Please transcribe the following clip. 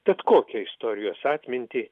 tad kokią istorijos atmintį